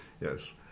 Yes